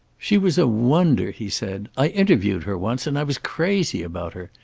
she was a wonder, he said. i interviewed her once, and i was crazy about her.